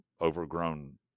overgrown